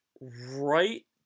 right